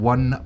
One